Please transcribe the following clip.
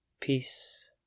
Peace